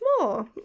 more